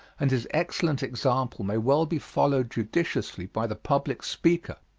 and his excellent example may well be followed judiciously by the public speaker.